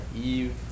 Eve